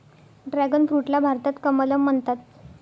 dragon फ्रूटला भारतात कमलम म्हणतात